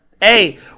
Hey